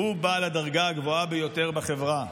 הוא בעל הדרגה הגבוהה ביותר בחברה,